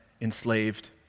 enslaved